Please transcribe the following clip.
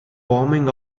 forming